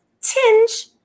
tinge